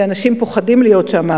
כי אנשים פוחדים להיות שם.